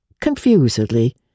confusedly